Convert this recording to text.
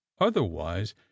otherwise